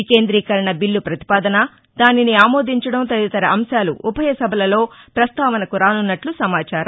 వికేంద్రీకరణ బిల్లు ప్రతిపాదన దానిని ఆమోదించడం తదితర అంశాలు ఉభయ సభలలో ప్రస్తావనకు రానున్నట్లు సమాచారం